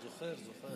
זוכר, זוכר.